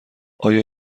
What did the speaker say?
آیا